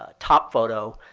ah top photo,